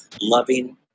loving